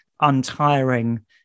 untiring